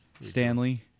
Stanley